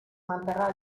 manterrà